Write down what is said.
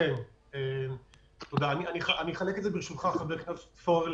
חבר הכנסת פורר,